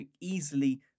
easily